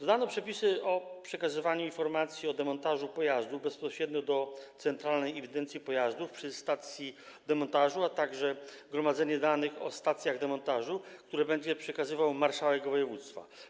Mamy tu też przepisy o przekazywaniu informacji o demontażu pojazdów bezpośrednio do centralnej ewidencji pojazdów ze stacji demontażu, a także gromadzeniu danych o stacjach demontażu, które będzie przekazywał marszałek województwa.